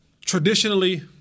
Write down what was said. traditionally